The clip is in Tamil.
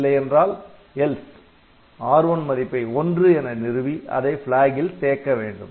இல்லையென்றால் R1 மதிப்பை '1' என நிறுவி அதை Flag ல் தேக்க வேண்டும்